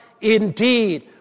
indeed